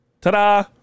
Ta-da